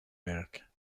werk